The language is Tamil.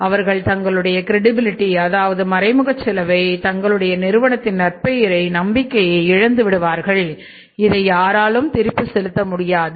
அவர்கள் தங்களுடைய கிரடிபிலிடி அதாவது மறைமுக செலவை தங்களுடைய நிறுவனத்தின் நற்பெயரை நம்பிக்கையை இழந்து விடுகிறார்கள் இதை யாராலும் திருப்பிச் செலுத்த முடியாது